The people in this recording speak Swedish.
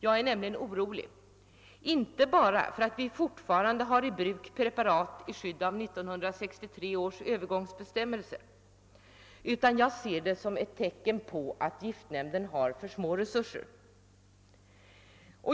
Jag är nämligen orolig, inte bara för att vi fortfarande har i bruk preparat i skydd av 1963 års Öövergångsbestämmelser, utan jag ser det som ett tecken på att giftnämnden har för små resurser.